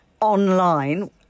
online